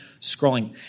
scrolling